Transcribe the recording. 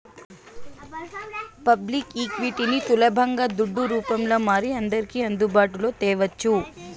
public ఈక్విటీని సులబంగా దుడ్డు రూపంల మారి అందర్కి అందుబాటులో తేవచ్చు